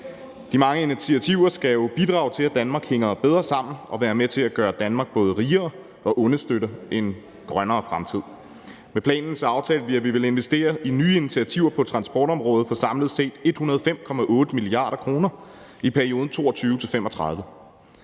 De mange initiativer skal jo bidrage til, at Danmark hænger bedre sammen, og være med til både at gøre Danmark rigere og understøtte en grønnere fremtid. Med planen aftalte vi, at vi ville investere i nye initiativer på transportområdet for samlet set 105,8 mia. kr. i perioden 2022-2035.